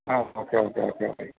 ആ okay okay okay okay